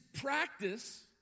practice